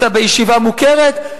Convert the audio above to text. אתה בישיבה מוכרת,